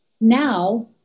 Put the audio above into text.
now